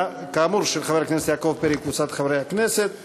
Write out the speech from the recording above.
כאמור של חבר הכנסת יעקב פרי וקבוצת חברי הכנסת.